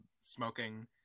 smoking